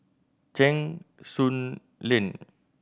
Cheng Soon Lane